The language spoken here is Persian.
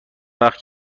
وقت